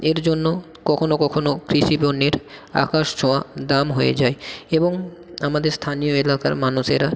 এর জন্য কখনও কখনও কৃষি পণ্যের আকাশ ছোঁয়া দাম হয়ে যায় এবং আমাদের স্থানীয় এলাকার মানুষেরা